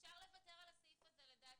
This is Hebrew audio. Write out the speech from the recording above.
כמו שדיברנו אם זה תיק סגור נלך לפי צו, ונחליט.